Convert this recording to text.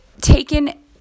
taken